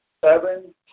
Seven